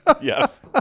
yes